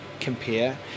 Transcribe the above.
compare